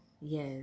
yes